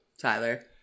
Tyler